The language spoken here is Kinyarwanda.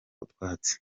utwatsi